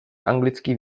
anglický